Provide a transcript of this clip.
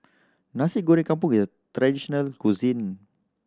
Nasi Goreng Kampung is a traditional cuisine